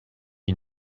you